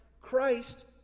Christ